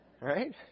Right